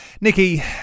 Nikki